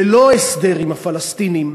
ללא הסדר עם הפלסטינים,